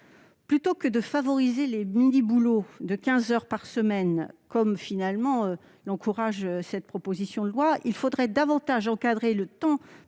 Plutôt que de favoriser les mini-boulots de quinze heures par semaine, comme nous y encourage cette proposition de loi, il faudrait davantage encadrer le temps